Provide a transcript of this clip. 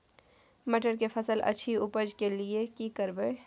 मटर के फसल अछि उपज के लिये की करबै?